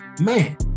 Man